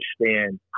understand